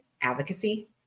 advocacy